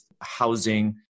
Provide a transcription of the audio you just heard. housing